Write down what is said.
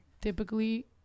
typically